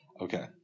Okay